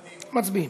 מצביעים.